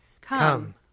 Come